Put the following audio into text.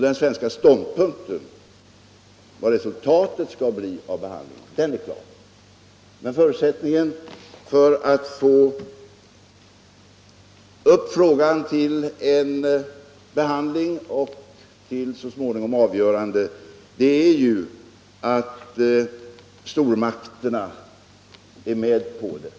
Den svenska ståndpunkten angående vad resultatet av den behandlingen skall bli är ju klar, men förutsättningen för att kunna ta upp frågan till behandling och så småningom komma fram till ett avgörande är naturligtvis att stormakterna går med på detta.